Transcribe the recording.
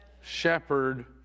shepherd